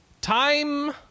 Time